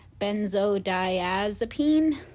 benzodiazepine